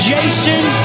Jason